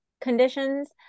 conditions